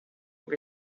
your